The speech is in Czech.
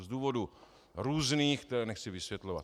Z důvodů různých, které nechci vysvětlovat.